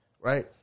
right